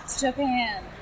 Japan